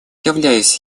являясь